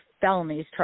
felonies